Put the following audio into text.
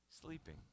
sleeping